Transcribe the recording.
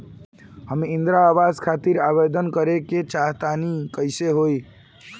हम इंद्रा आवास खातिर आवेदन करे क चाहऽ तनि कइसे होई?